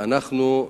ואנחנו,